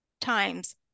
times